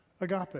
Agape